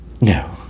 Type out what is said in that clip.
no